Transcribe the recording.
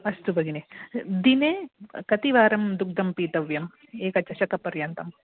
अस्तु भगिनी दिने कतिवारं दुग्धं पीतव्यम् एकचषकपर्यन्तम्